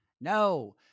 No